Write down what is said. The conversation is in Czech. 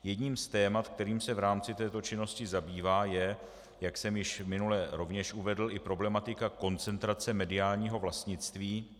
Jedním z témat, kterým se v rámci této činnosti zabývá, je, jak jsem již minule rovněž uvedl, i problematika koncentrace mediálního vlastnictví.